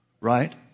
right